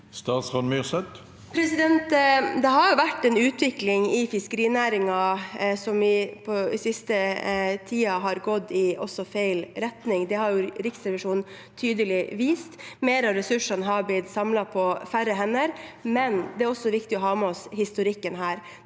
Cecilie Myrseth Det har vært en utvikling i fiskerinæringen som i den siste tiden har gått i feil retning. Det har Riksrevisjonen tydelig vist, at mer av ressursene er blitt samlet på færre hender. Men det er også viktig å ha med seg historikken her.